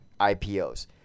IPOs